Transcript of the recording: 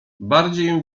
bardziej